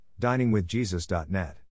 diningwithjesus.net